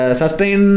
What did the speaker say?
sustain